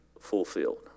fulfilled